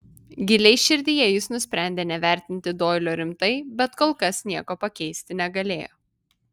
giliai širdyje jis nusprendė nevertinti doilio rimtai bet kol kas nieko pakeisti negalėjo